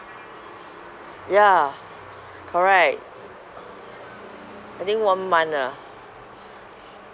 ya correct I think one month ah